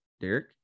Derek